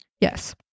Yes